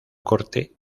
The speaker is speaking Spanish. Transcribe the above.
corte